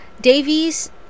Davies